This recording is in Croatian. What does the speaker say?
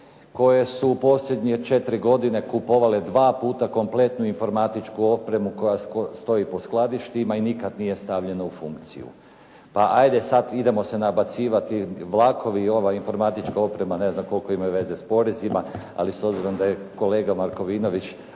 koje su u posljednje 4 godine kupovale dva puta kompletnu informatičku opremu koja stoji po skladištima i nikada nije stavljena u funkciju. Pa ajde idemo se nabacivati vlakovi i ova informatička oprema ne znam koliko imaju veze sa porezima, ali s obzirom da je kolega Markovinović